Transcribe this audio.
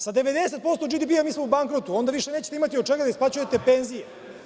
Sa 90% BDP-a mi smo u bankrotu, onda više nećete imati od čega da isplaćujete penzije.